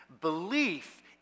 Belief